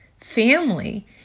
family